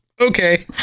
Okay